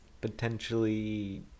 Potentially